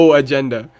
agenda